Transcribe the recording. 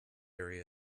area